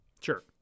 Sure